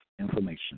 information